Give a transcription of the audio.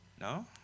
no